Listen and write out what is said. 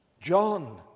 John